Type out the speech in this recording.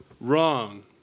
Wrong